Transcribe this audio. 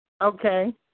Okay